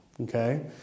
okay